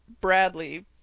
Bradley